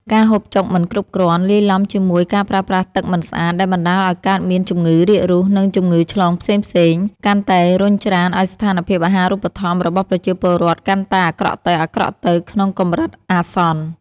ការហូបចុកមិនគ្រប់គ្រាន់ លាយឡំជាមួយការប្រើប្រាស់ទឹកមិនស្អាតដែលបណ្តាលឱ្យកើតមានជំងឺរាគរូស និងជំងឺឆ្លងផ្សេងៗ កាន់តែរុញច្រានឱ្យស្ថានភាពអាហារូបត្ថម្ភរបស់ប្រជាពលរដ្ឋកាន់តែអាក្រក់ទៅៗក្នុងកម្រិតអាសន្ន។